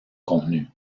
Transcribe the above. contenu